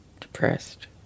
depressed